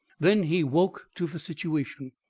then he woke to the situation.